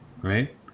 right